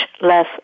less